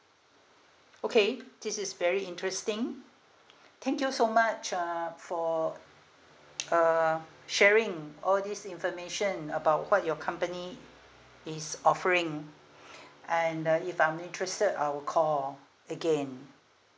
okay this is very interesting thank you so much uh for uh sharing all these information about what your company is offering and uh if I'm interested I will call again